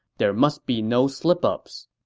there must be no slip-ups.